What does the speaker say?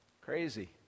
crazy